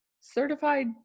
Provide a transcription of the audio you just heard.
certified